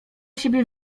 siebie